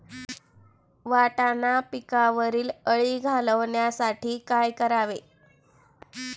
वाटाणा पिकावरील अळी घालवण्यासाठी काय करावे?